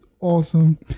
awesome